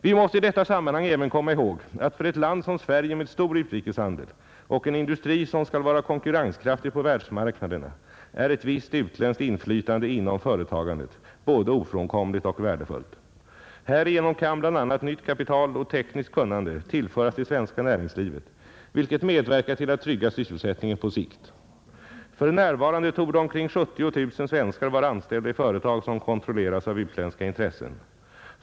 Vi måste i detta sammanhang även komma ihåg att för ett land som Sverige med stor utrikeshandel och en industri som skall vara konkurrenskraftig på världsmarknaderna är ett visst utländskt inflytande inom företagandet både ofrånkomligt och värdefullt. Härigenom kan bl.a. nytt kapital och tekniskt kunnande tillföras det svenska näringslivet vilket medverkar till att trygga sysselsättningen på sikt. För närvarande torde omkring 70 000 svenskar vara anställda i företag som kontrolleras av utländska intressen.